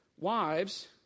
wives